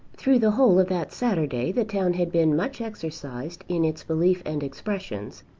through the whole of that saturday the town had been much exercised in its belief and expressions,